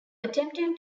attempting